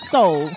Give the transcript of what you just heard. Soul